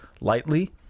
lightly